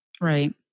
Right